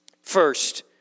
First